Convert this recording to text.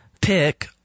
pick